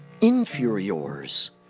inferiors